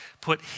put